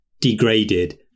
degraded